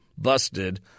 busted